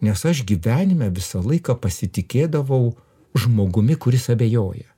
nes aš gyvenime visą laiką pasitikėdavau žmogumi kuris abejoja